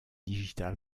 digital